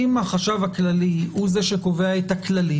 אם החשב הלללי הוא זה שקובע את הכללים,